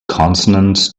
consonant